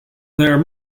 there